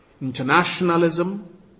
internationalism